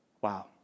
Wow